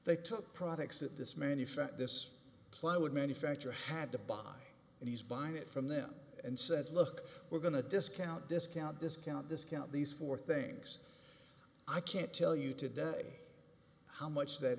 they took products that this many fact this plywood manufacturer had to buy and he's buying it from them and said look we're going to discount discount discount discount these four things i can't tell you today how much that